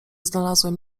znalazłem